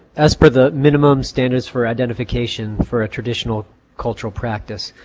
as for the minimum standards for identification for traditional cultural practice.